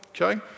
okay